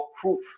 proof